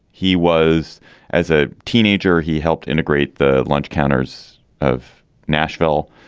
he was as a teenager, he helped integrate the lunch counters of nashville,